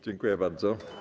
Dziękuję bardzo.